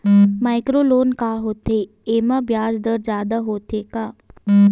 Micro loan का होथे येमा ब्याज दर जादा होथे का?